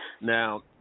now